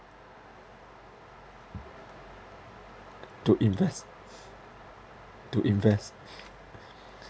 to invest to invest